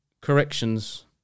corrections